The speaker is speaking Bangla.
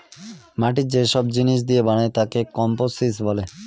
মাটি যে সব জিনিস দিয়ে বানায় তাকে কম্পোসিশন বলে